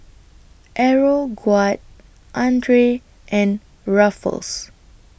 Aeroguard Andre and Ruffles